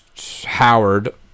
Howard